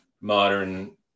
modern